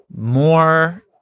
more